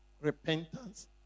repentance